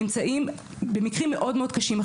נמצאים במקרים מאוד מאוד קשים,